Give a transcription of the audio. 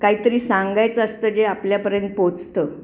काही तरी सांगायचं असतं जे आपल्यापर्यंत पोचतं